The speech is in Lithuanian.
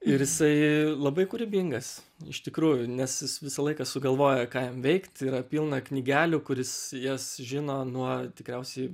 ir jisai labai kūrybingas iš tikrųjų nes jis visą laiką sugalvoja ką jam veikt yra pilna knygelių kur jis jas žino nuo tikriausiai